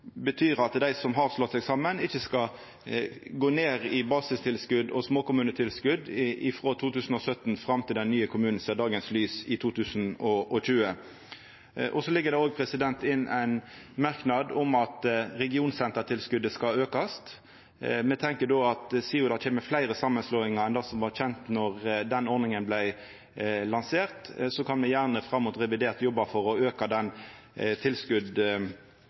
betyr at dei som har slått seg saman, ikkje skal gå ned i basistilskot og småkommunetilskot frå 2017 fram til den nye kommunen ser dagens lys i 2020. Så ligg det òg inne ein merknad om at regionsentertilskotet skal aukast. Me tenkjer då at sidan det kjem fleire samanslåingar enn dei som var kjende då den ordninga vart lansert, kan me gjerne fram mot revidert jobba for å auka den